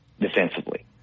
defensively